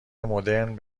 مدرن